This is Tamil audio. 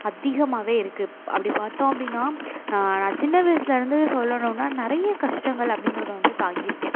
அதிகமாகவே இருக்குது அப்படி பார்த்தோம் அப்படின்னா நான் சின்ன வயதில் இருந்து சொல்லணும்ன்னா நிறைய கஷ்டங்கள் அப்படிங்கிறது வந்து தாங்கியிருக்கேன்